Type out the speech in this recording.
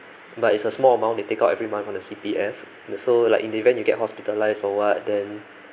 but it's a small amount they take out every month from the C_P_F so like in the event you get hospitalised or what then